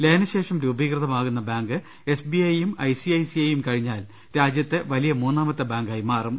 ലയനശേഷം രൂപീകൃതമാകുന്ന ബാങ്ക് എസ്ബിഐയെയും ഐസിഐസിഐ യും കഴിഞ്ഞാൽ രാജ്യത്തെ വലിയ മൂന്നാമത്തെ ബാങ്കായി മാറും